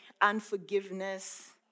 unforgiveness